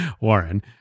Warren